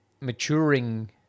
maturing